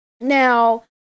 Now